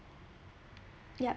yup